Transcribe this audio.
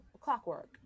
clockwork